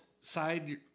side